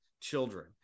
children